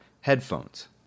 headphones